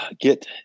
get